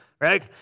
Right